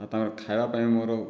ଆଉ ତାଙ୍କର ଖାଇବା ପାଇଁ ମୋର